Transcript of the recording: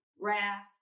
wrath